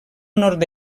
nord